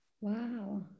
Wow